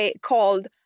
called